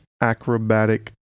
acrobatic